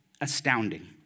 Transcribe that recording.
astounding